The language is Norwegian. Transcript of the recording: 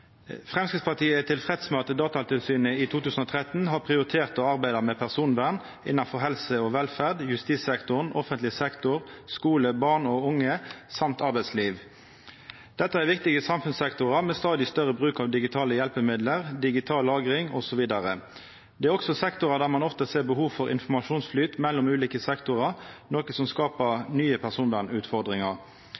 Framstegspartiet er tilfreds med at Datatilsynet i 2013 har prioritert å arbeida med personvern innanfor helse og velferd, justissektoren, offentleg sektor, skule, barn og unge samt arbeidsliv. Dette er viktige samfunnssektorar med stadig større bruk av digitale hjelpemiddel, digital lagring osv. Det er også sektorar der ein ofte ser behov for informasjonsflyt mellom ulike sektorar, noko som skapar